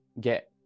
get